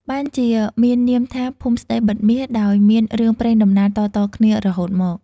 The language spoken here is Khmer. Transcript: បានជាមាននាមថា ភូមិស្តីបិទមាស ដោយមានរឿងព្រេងដំណាលតៗគ្នារហូតមក។